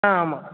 ஆ ஆமாம்